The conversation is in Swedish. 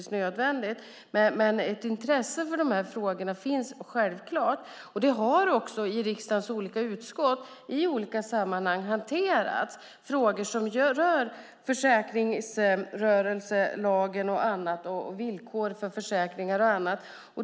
Det finns självklart ett intresse för dessa frågor. Det har också i riksdagens olika utskott i olika sammanhang hanterats frågor som rör försäkringsrörelselagen, villkor för försäkringar och annat.